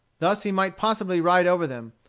thus he might possibly ride over them,